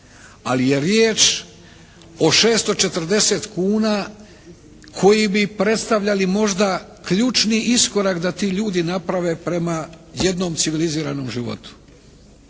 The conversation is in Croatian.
ali je riječ o 640 kuna koji bi predstavljali možda ključni iskorak da ti ljudi naprave prema jednom civiliziranom životu.